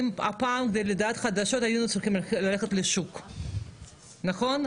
פעם כדי לדעת חדשות היינו צריכים ללכת לשוק, נכון?